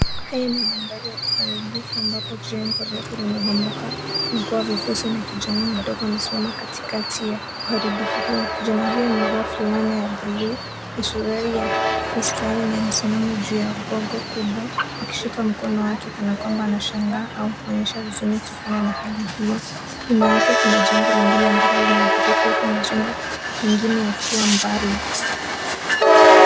Haya ni mandhari ya uharibifu ambapo jengo refu limebomoka na kuwa vifusi na kijana mdogo amesimama katikati ya uharibifu huo. Kijana huyu amevaa fulana ya bluu na suruali ya mistari na amesimama juu ya gogo kubwa akishika mkono wake kana kwamba anashangaa au kuonyesha huzuni kutokana na hali hiyo . Nyuma yake kuna jengo lingine ambalo limeadhirika huyu mjengo mwingine akiwa mbali .